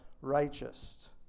righteous